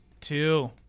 Two